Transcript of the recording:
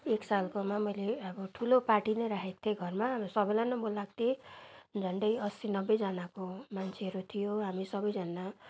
एक सालकोमा मैले अब ठुलो पार्टी नै राखेको थिएँ घरमा अब सबैलाई नै बोलाएको थिएँ झन्डै असी नब्बेजनाको मान्छेहरू थियौँ हामी सबजना